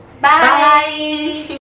bye